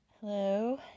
Hello